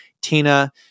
tina